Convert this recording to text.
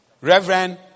Reverend